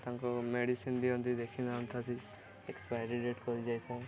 ତାଙ୍କୁ ମେଡ଼ିସିନ୍ ଦିଅନ୍ତି ଦେଖିନଥାଆନ୍ତି ଏକ୍ସପାଇରୀ ଡେଟ୍ ସରିଯାଇଥାଏ